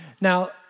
Now